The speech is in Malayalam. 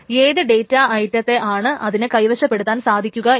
ഏത് ഡേറ്റ ഐറ്റത്തെ ആണ് അതിന് കൈവശപ്പെടുത്താൻ സാധിക്കുക എന്ന്